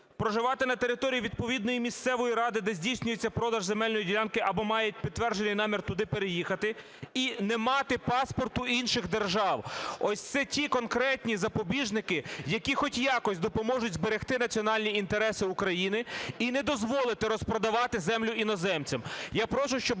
проживати на території відповідної місцевої ради, де здійснюється продаж земельної ділянки, або мають підтверджений намір туди переїхати; і не мати паспорту інших держав. Ось це ті конкретні запобіжники, які хоч якось допоможуть зберегти національні інтереси України і не дозволити розпродавати землю іноземцям.